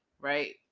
right